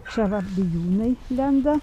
čia vat bijūnai lenda